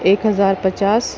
ایک ہزار پچاس